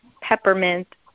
Peppermint